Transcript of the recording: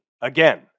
Again